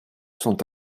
sont